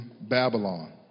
Babylon